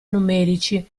numerici